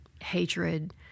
hatred